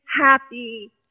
happy